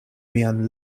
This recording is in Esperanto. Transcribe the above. mian